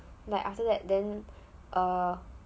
like after that then err